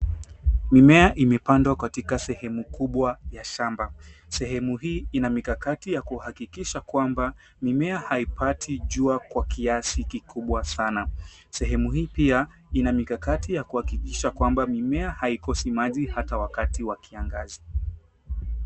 Mimea imepandwa katika sehemu kubwa ya shamba. Sehemu hii, ina mikakati ya kuhakikisha kwamba mimea haipati jua kwa kiasi kikubwa sana. Sehemu hii pia, ina mikakati ya kuhakikisha kwamba mimea haikosi maji hata wakati wa kiangazi.